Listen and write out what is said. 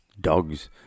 dogs